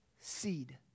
seed